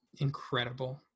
incredible